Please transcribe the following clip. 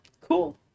Cool